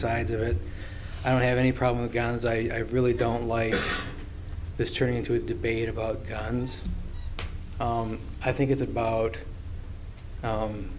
sides of it i don't have any problem with guns i really don't like this turning into a debate about guns i think it's about